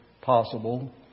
possible